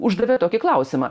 uždavė tokį klausimą